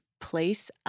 place